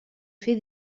fer